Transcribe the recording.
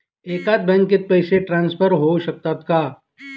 एकाच बँकेत पैसे ट्रान्सफर होऊ शकतात का?